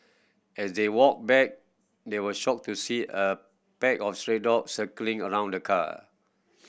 as they walk back they were shocked to see a pack of stray dogs circling around the car